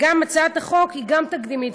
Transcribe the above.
והצעת החוק הזאת גם היא תקדימית,